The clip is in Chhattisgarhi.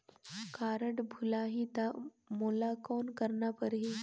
कारड भुलाही ता मोला कौन करना परही?